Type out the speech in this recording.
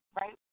right